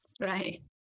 right